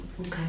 Okay